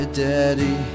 daddy